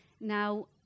Now